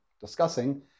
discussing